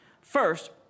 First